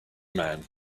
man